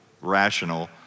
rational